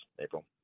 April